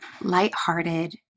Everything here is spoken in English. lighthearted